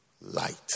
light